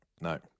No